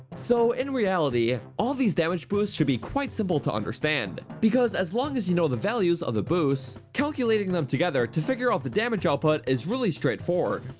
so in reality, all of these damage boosts should be quite simple to understand, because as long as you know the values of the boosts, calculating them together to figure out the damage output is really straight forward!